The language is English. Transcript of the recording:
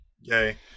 yay